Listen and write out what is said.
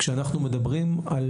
אנחנו מדברים על